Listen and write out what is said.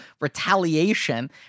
retaliation